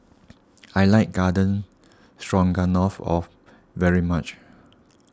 I like Garden Stroganoff off very much